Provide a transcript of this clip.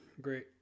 great